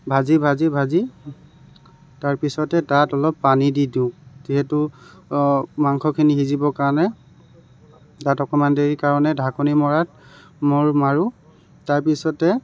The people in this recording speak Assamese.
ভাজি ভাজি ভাজি তাৰপিছতে তাত অলপ পানী দি দিওঁ যিহেতু মাংসখিনি সিজিবৰ কাৰণে তাত অকণমান দেৰি কাৰণে ঢাকনি মৰাত ম মাৰোঁ তাৰপিছতে